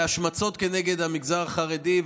מההשמצות נגד המגזר החרדי,